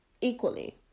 equally